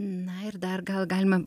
na ir dar gal galima